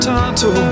Tonto